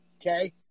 okay